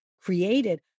created